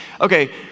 Okay